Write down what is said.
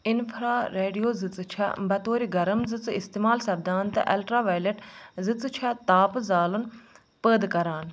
infrared زٕژٕ چھےٚ بطور گرم زٕژٕ استعمال سپدان تہٕ الٹرا وایلیٹ زٕژٕ چھے تاپ زالَن پٲدٕ كران